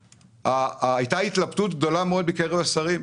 הייתה התלבטות גדולה מאוד בקרב השרים,